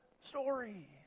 story